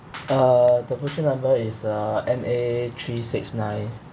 uh the booking number is uh m a three six nine